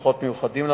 כוחות מיוחדים,